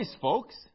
folks